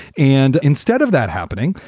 and instead of that happening,